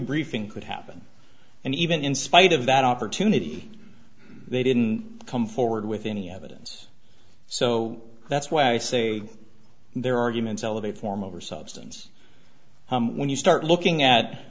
briefing could happen and even in spite of that opportunity they didn't come forward with any evidence so that's why i say their arguments elevate form over substance when you start looking at